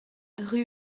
rue